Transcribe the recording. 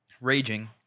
Raging